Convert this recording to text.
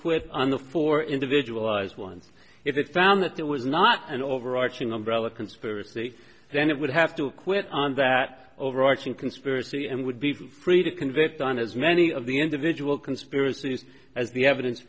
acquit under four individual eyes one if it found that there was not an overarching umbrella conspiracy then it would have to quit on that overarching conspiracy and would be free to convict on as many of the individual conspiracies as the evidence